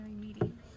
meeting